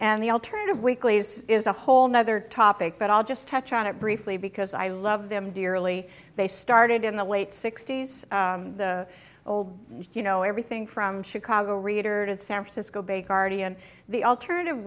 and the alternative weeklies is a whole nother topic but i'll just touch on it briefly because i love them dearly they started in the late sixty's the old you know everything from chicago reader to the san francisco bay guardian the alternative